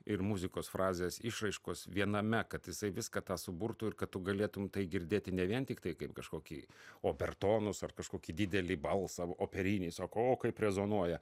ir muzikos frazės išraiškos viename kad jisai viską tą suburtų ir kad tu galėtum tai girdėti ne vien tiktai kaip kažkokį obertonus ar kažkokį didelį balsą operinį sako o kaip rezonuoja